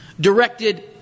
directed